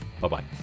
Bye-bye